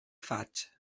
faig